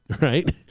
Right